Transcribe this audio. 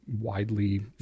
widely